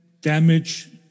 damage